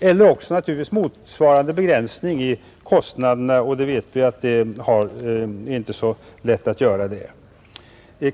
eller också göra motsvarande begränsningar i kostnaderna. Vi vet emellertid att detta inte är lätt att genomföra.